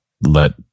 let